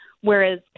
Whereas